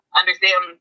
understand